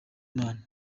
imana